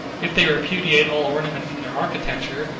if they repudiate all ornament from their architecture,